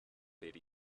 per